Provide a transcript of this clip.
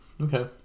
okay